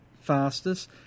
fastest